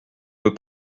veux